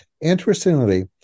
interestingly